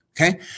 Okay